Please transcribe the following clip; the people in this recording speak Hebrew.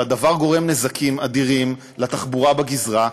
והדבר גורם נזקים אדירים לתחבורה בגזרה.